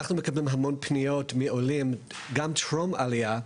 אנחנו מקבלים המון פניות מעולים, גם טרום עליה.